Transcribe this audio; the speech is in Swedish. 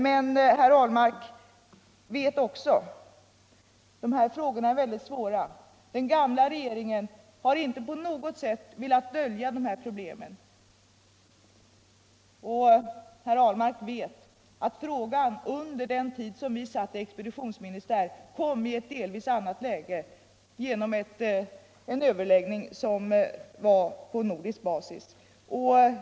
Men Per Ahlmark vet att frågorna är mycket svåra. Den gamla regeringen har inte på något sätt velat dölja de här problemen. Per Ahlmark vet också att det hela under den tid vi satt som expeditionsministär kom i ett delvis annat läge genom en överläggning på nordisk basis.